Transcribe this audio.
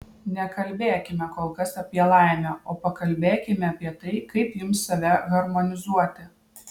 nekalbėkime kol kas apie laimę o pakalbėkime apie tai kaip jums save harmonizuoti